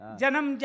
Janam